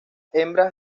hembras